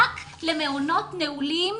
רק למעונות נעולים,